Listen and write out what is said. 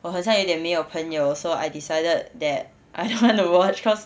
我很像有一点没有朋友 also I decided that I don't wanna watch cause